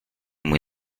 mój